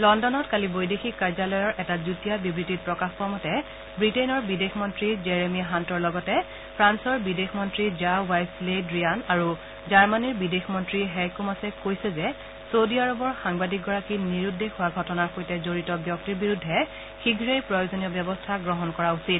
লগুনত কালি বৈদেশিক কাৰ্যালয়ৰ এটা যুটীয়া বিবৃতিত প্ৰকাশ পোৱা মতে ৱিটেইনৰ বিদেশ মন্ত্ৰী জেৰেমি হাণ্টৰ লগতে ফ্ৰান্সৰ বিদেশ মন্ত্ৰী জ্যা' বাইভছ লে দ্ৰিয়ান আৰু জাৰ্মনীৰ বিদেশ মন্ত্ৰী হেইকো মাছে কৈছে যে চৌদি আৰবৰ সাংবাদিক গৰাকী নিৰুদ্দেশ হোৱা ঘটনাৰ সৈতে জড়িত ব্যক্তিৰ বিৰুদ্ধে শীঘেই প্ৰয়োজনীয় ব্যৱস্থা গ্ৰহণ কৰাটো উচিত